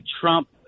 Trump